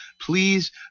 please